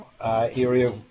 area